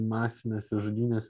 masinėse žudynėse